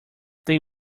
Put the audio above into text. they